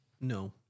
No